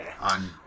on